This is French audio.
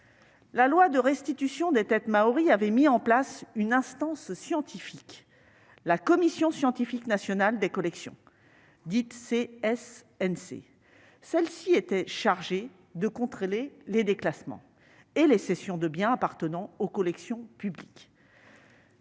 La loi de restitution des têtes maories avait mis en place une instance scientifique : la Commission scientifique nationale des collections (CSNC). Celle-ci était chargée de contrôler les déclassements et les cessions de biens appartenant aux collections publiques,